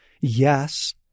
Yes